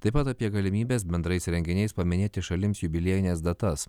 taip pat apie galimybes bendrais renginiais paminėti šalims jubiliejines datas